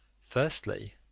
Firstly